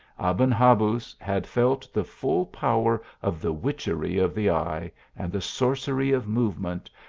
aben habuz had felt the full power of the witchery of the eye, and the sorcery of movement,